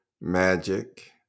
Magic